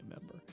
member